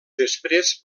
després